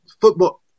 football –